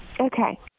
Okay